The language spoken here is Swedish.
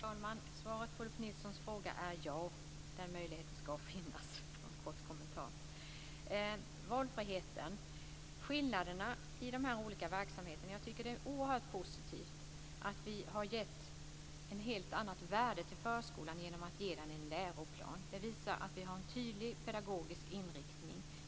Fru talman! Svaret på Ulf Nilssons fråga är ja. Den möjligheten ska finnas. Det var bara en kort kommentar. Jag vill säga något om valfriheten och skillnaderna i de här olika verksamheterna. Jag tycker att det är oerhört positivt att vi har givit ett helt annat värde till förskolan genom att ge den en läroplan. Det visar att vi har en tydlig pedagogisk inriktning.